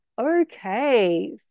okay